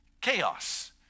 Chaos